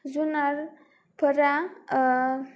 जुनारफोरा